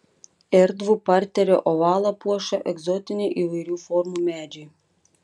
erdvų parterio ovalą puošia egzotiniai įvairių formų medžiai